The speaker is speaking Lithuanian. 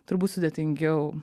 turbūt sudėtingiau